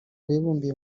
bibumbiye